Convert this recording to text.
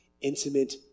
intimate